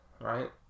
right